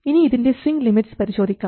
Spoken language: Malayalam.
ഇനി ഇതിൻറെ സ്വിങ് ലിമിറ്റ്സ് പരിശോധിക്കാം